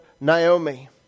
Naomi